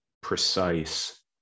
precise